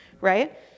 Right